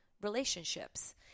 relationships